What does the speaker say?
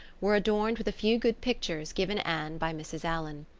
were adorned with a few good pictures given anne by mrs. allan.